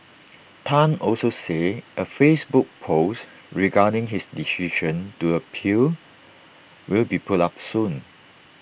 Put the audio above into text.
Tan also said A Facebook post regarding his decision to appeal will be put up soon